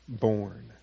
born